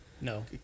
No